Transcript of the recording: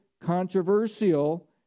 controversial